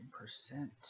percent